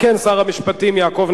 תושביה ואזרחיה) עברה.